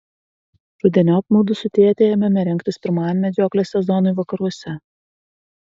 rudeniop mudu su tėte ėmėme rengtis pirmajam medžioklės sezonui vakaruose